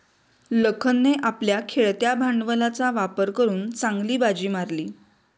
लखनने आपल्या खेळत्या भांडवलाचा वापर करून चांगली बाजी मारली